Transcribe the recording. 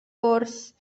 wrth